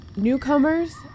Newcomers